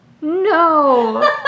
No